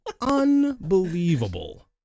Unbelievable